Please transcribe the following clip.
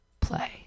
play